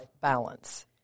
balance